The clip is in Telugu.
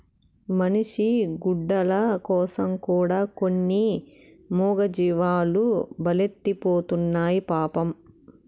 మనిషి గుడ్డల కోసం కూడా కొన్ని మూగజీవాలు బలైతున్నాయి పాపం